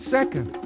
Second